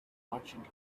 merchant